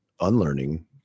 unlearning